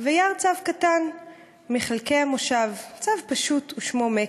/ וירא צב קטן מחלקי המושב, צב פשוט ושמו מק.